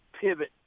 pivot